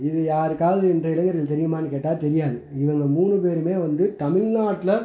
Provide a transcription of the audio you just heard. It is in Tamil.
இது யாருக்காவது இன்றைய இளைஞர்களுக்கு தெரியுமான்னு கேட்டால் தெரியாது இவங்க மூணு பேருமே வந்து தமிழ்நாட்ல